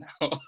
now